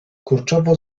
kurczowo